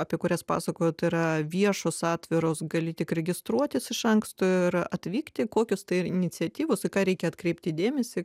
apie kurias pasakojot yra viešos atviros gali tik registruotis iš anksto ir atvykti kokios tai iniciatyvos į ką reikia atkreipti dėmesį